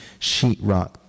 sheetrock